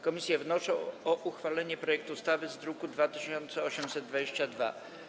Komisje wnoszą o uchwalenie projektu ustawy z druku nr 2822.